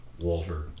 Walter